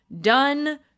Done